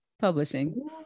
publishing